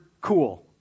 cool